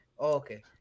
okay